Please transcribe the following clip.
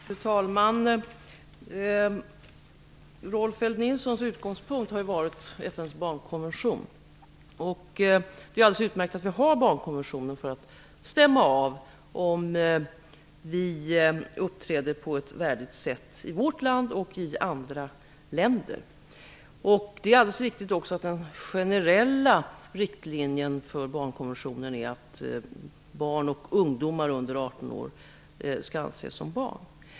Fru talman! Rolf L Nilsons utgångspunkt har varit FN:s barnkonvention. Det är utmärkt att vi har barnkonventionen för att stämma av om man uppträder på ett värdigt sätt i vårt land och i andra länder. Det är också riktigt att den generella riktlinjen för barnkonventionen är att barn och ungdomar under 18 år skall anses som barn.